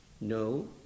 No